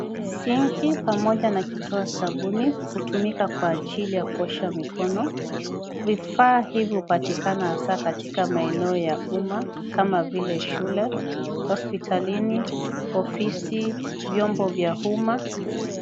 Sinki pamoja na kitoa sabuni hutumika kwa ajili ya kuosha mikono. Vifaa hivi hupatikana hasa katika maeneo ya umma kama vile shule, hospitalini, ofisi, vyombo vya umma.